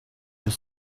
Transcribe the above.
your